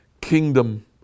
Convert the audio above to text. kingdom